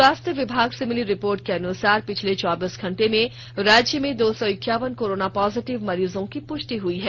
स्वास्थ्य विभाग से मिली रिपोर्ट के अनुसार पिछले चौबीस घंटे में राज्य में दो सौ इक्यावन कोरोना पॉजिटिव मरीजों की प्रष्टि हुई है